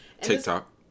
TikTok